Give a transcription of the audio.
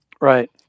Right